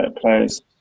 players